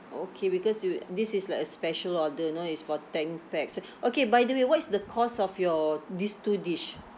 okay because you this is like a special order you know it's for ten pax okay by the way what is the cost of your these two dish